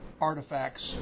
Artifacts